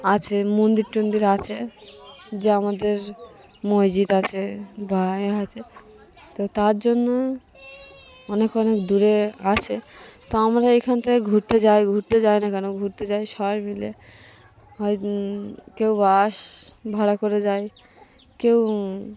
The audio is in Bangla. আছে মন্দির টন্দির আছে যে আমাদের মসজিদ আছে বা এ আছে তো তার জন্য অনেক অনেক দূরে আছে তো আমরা এইখান থেকে ঘুরতে যাই ঘুরতে যাই না কেন ঘুরতে যাই সবাই মিলে হয় কেউ বাস ভাড়া করে যায় কেউ